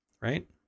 Right